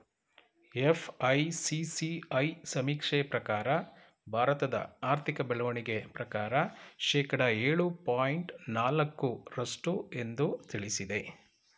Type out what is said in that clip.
FICCI ಸಮೀಕ್ಷೆ ಪ್ರಕಾರ ಭಾರತದ ಆರ್ಥಿಕ ಬೆಳವಣಿಗೆ ಪ್ರಕಾರ ಶೇಕಡ ಏಳು ಪಾಯಿಂಟ್ ನಾಲಕ್ಕು ರಷ್ಟು ಎಂದು ತಿಳಿಸಿದೆ